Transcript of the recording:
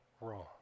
wrong